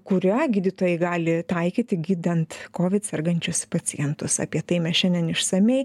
kurią gydytojai gali taikyti gydant kovid sergančius pacientus apie tai mes šiandien išsamiai